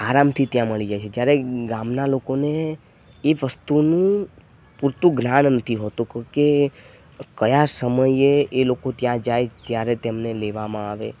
આરામથી ત્યાં મળી જાય જ્યારે ગામના લોકોને ઈ વસ્તુનું પૂરતું જ્ઞાન નથી હોતું કું કે કયા સમયે એ લોકો ત્યાં જાય ત્યારે તેમને લેવામાં આવે